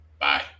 bye